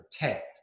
protect